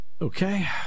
Okay